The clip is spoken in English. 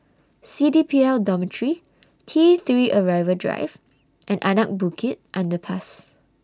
C D P L Dormitory T three Arrival Drive and Anak Bukit Underpass